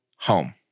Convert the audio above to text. home